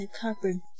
Carbon